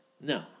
No